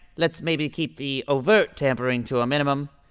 let's maybe keep the overt tampering to a minimum.